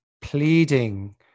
pleading